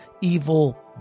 evil